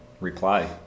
reply